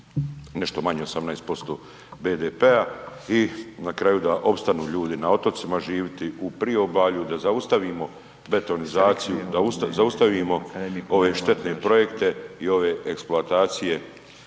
nešto manje od 18% BDP-a i na kraju da opstanu ljudi na otocima živjeti u Priobalju, da zaustavimo betonizaciju, da zaustavimo ove štetne projekte i ove eksploatacije